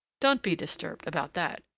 don't be disturbed about that,